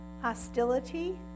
hostility